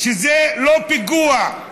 לא היה פיגוע.